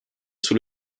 sous